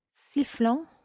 sifflant